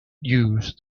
use